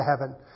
heaven